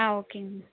ஆ ஓகேங்க மேம்